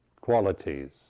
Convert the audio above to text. qualities